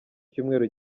cyumweru